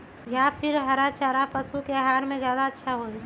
या फिर हरा चारा पशु के आहार में ज्यादा अच्छा होई?